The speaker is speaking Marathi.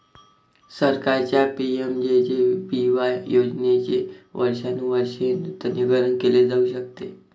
सरकारच्या पि.एम.जे.जे.बी.वाय योजनेचे वर्षानुवर्षे नूतनीकरण केले जाऊ शकते